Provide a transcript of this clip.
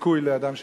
זיכוי לאדם ששירת.